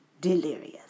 delirious